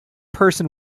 person